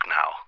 now